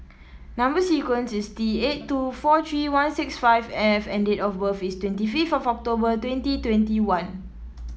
number sequence is T eight two four three one six five F and date of birth is twenty fifth of October twenty twenty one